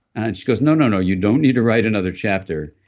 and she goes, no, no, no. you don't need to write another chapter.